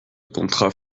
contrat